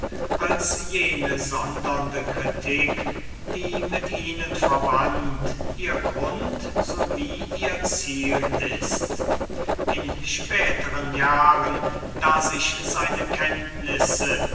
als jene sondernde kritik die mit ihnen verwandt ihr grund sowie ihr ziel ist in späteren jahren da sich seine kenntnisse